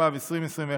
התשפ"ב 2021,